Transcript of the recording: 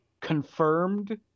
confirmed